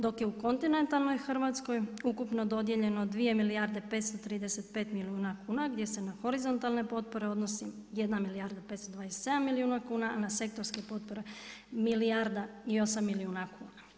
Dok je u kontinentalnoj Hrvatskoj ukupno dodijeljeno 2 milijarde 535 milijuna kuna gdje se na horizontalne potpore odnosi 1 milijarda 527 milijuna kuna, a ne sektorske potpore milijarda i 8 milijuna kuna.